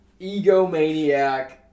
egomaniac